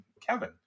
Kevin